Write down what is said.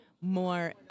more